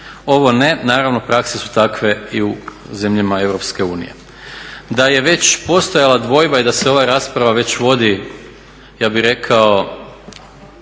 Ovo ne, naravno prakse su takve i u zemljama EU. Da je već postojala dvojba i da se ova rasprava već vodi ja bih rekao